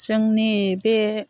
जोंनि बे